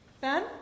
Ben